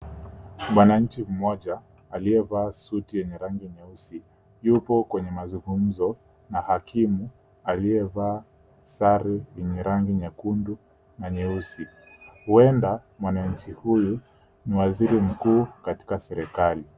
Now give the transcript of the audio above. Mwananchi mmoja aliyevaa suti yenye rangi nyeusi yuko kwenye mazungumzo na hakimu aliyevaa sare yenye rangi nyekundu na nyeusi. Huenda mwananchi huyu ni waziri mkuu katika serikali.